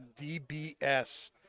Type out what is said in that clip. DBS